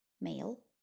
Male